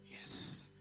Yes